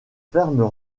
fermes